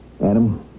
Adam